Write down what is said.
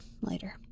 later